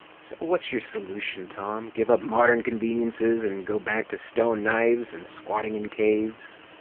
so, what's your solution, tom? give up modern conveniences and go back to stone knives and squatting in caves?